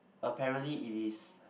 apparently it is